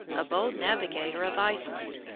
a bold navigator of iceland,